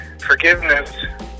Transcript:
forgiveness